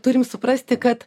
turim suprasti kad